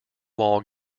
wall